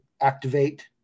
activate